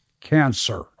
cancer